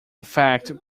fact